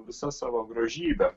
visa savo grožybe